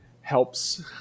helps